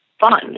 fun